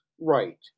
right